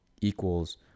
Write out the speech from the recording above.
equals